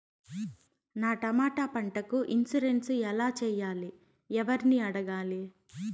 నా టమోటా పంటకు ఇన్సూరెన్సు ఎలా చెయ్యాలి? ఎవర్ని అడగాలి?